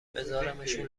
بزارمشون